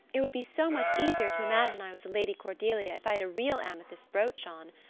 it would be so much easier to imagine i was the lady cordelia if i had a real amethyst brooch on.